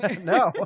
No